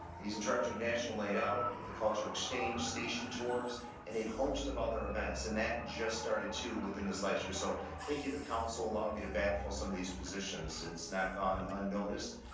he's in charge of national night out the cultural exchange station tours and a host of other events. and that just started two within the slicer. so thank you to council. allow me to backfill some of these positions. it's not gone unnoticed.